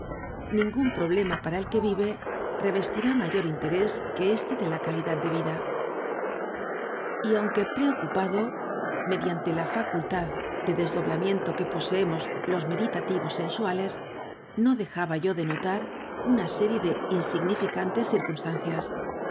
ningún problema para el que vive revestirá mayor interés que este de la calidad de la vida y aunque preocupado mediante la facultad de desdoblamiento que poseemos los meditativos sensuales no dejaba yo de notar una serie de insignificantes circunstancias